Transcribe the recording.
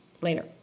later